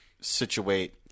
situate